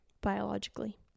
biologically